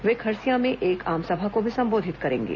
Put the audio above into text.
वे खरसिया में एक आसमभा को भी संबोधित करेंगे